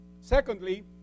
Secondly